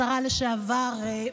השרה לשעבר,